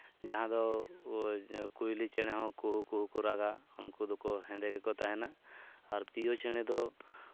ᱡᱟᱦᱟᱸ ᱫᱚ ᱠᱩᱭᱞᱤ ᱪᱮᱬᱮ ᱦᱚᱸ ᱠᱩᱦᱩ ᱠᱩᱦᱩ ᱠᱚ ᱨᱟᱜᱟ ᱩᱱᱠᱩ ᱫᱚᱠᱚ ᱦᱮᱸᱫᱮ ᱜᱮᱠᱚ ᱛᱟᱦᱮᱱᱟ ᱟᱨ ᱯᱤᱭᱳ ᱪᱮᱬᱮ ᱫᱚ